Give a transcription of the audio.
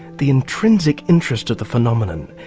the intrinsic interest of the phenomenon,